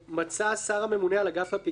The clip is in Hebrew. מצא השר הממונה על אגף הפיקוח כי